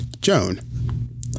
Joan